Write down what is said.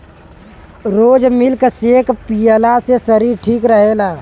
रोज milk shake पियला से शरीर ठीक रहेला